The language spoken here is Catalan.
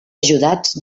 ajudats